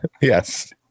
Yes